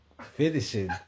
finishing